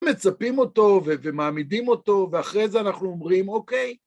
מצפים אותו ומעמידים אותו, ואחרי זה אנחנו אומרים אוקיי.